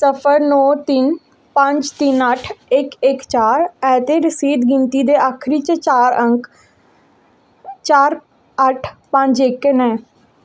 सिफर नौ तिन्न पंज तिन्न अट्ठ इक इक चार ऐ ते रसीद गिनतरी दे आखरी चार अंक चार अट्ठ पंज इक न